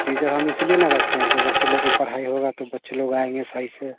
teacher हम इसलिए न रखे हैं कि बच्चे लोग को पढ़ाई होगा तो बच्चे लोग आएँगे सही से